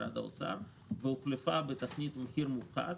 משרד האוצר והיא הוחלפה בתוכנית מחיר מופחת,